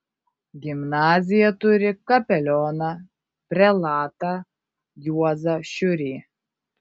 gimnazija turi kapelioną prelatą juozą šiurį